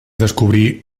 descobrí